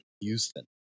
Houston